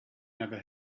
never